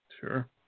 Sure